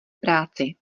práci